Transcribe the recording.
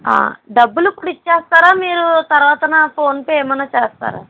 డబ్బులు ఇప్పుడు ఇచ్చేస్తారా మీరు తర్వాతన ఫోన్పే ఏమన్నా చేస్తారా